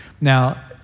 Now